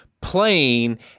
playing